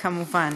השנינה, כמובן.